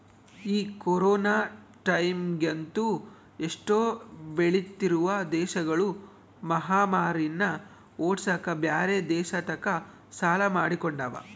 ಈ ಕೊರೊನ ಟೈಮ್ಯಗಂತೂ ಎಷ್ಟೊ ಬೆಳಿತ್ತಿರುವ ದೇಶಗುಳು ಮಹಾಮಾರಿನ್ನ ಓಡ್ಸಕ ಬ್ಯೆರೆ ದೇಶತಕ ಸಾಲ ಮಾಡಿಕೊಂಡವ